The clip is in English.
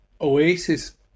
Oasis